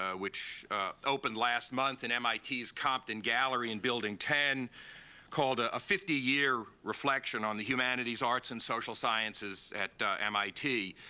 ah which opened last month in mit's compton gallery in building ten called, a ah fifty year reflection on the humanities, arts, and social sciences at mit.